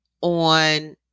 on